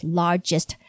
largest